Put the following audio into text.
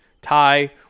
tie